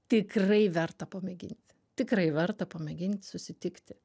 tikrai verta pamėgint tikrai verta pamėgint susitikti